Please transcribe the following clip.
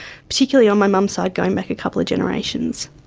particularly on my mum's side going back a couple of generations,